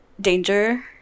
danger